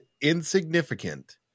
insignificant